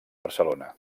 barcelona